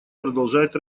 продолжает